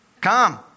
Come